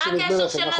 מה הקשר של נתב"ג?